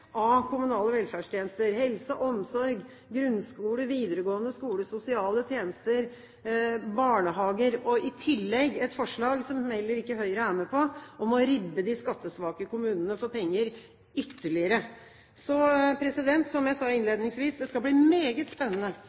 omsorg, grunnskole, videregående skole, sosiale tjenester, barnehager og i tillegg et forslag som heller ikke Høyre er med på, om å ribbe de skattesvake kommunene ytterligere for penger. Som jeg sa innledningsvis, skal det bli meget spennende